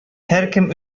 һәркем